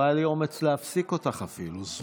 לא היה לי אומץ להפסיק אותך אפילו.